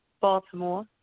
Baltimore